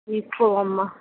ఇప్పవమ్మ